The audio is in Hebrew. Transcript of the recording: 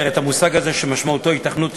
את המושג הזה שמשמעותו "היתכנות תכנונית",